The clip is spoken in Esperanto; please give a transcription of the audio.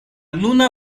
nuna